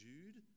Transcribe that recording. Jude